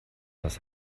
das